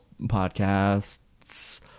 podcasts